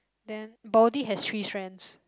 then body has three strands